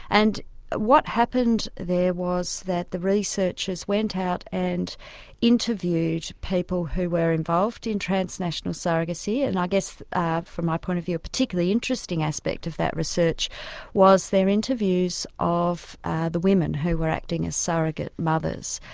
and what happened there was that the researchers went out and interviewed people who were involved in transnational surrogacy. and i guess from my point of view a particularly interesting aspect of that research was their interviews of the women who were acting as surrogate mothers,